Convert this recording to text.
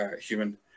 human